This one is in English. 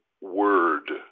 word